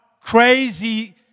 crazy